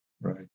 Right